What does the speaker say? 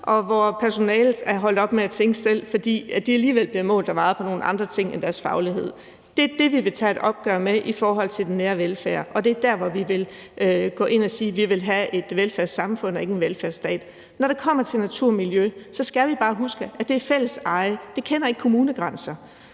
og hvor personalet er holdt op med at tænke selv, fordi de alligevel bliver målt og vejet på nogle andre ting end deres faglighed. Det er det, vi vil tage et opgør med i forhold til den nære velfærd, og det er der, vi vil gå ind og sige, at vi vil have et velfærdssamfund og ikke en velfærdsstat. Når det kommer til natur og miljø, skal vi bare huske, at det er fælleseje. Det kender ikke kommunegrænser.